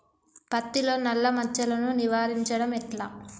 పత్తిలో నల్లా మచ్చలను నివారించడం ఎట్లా?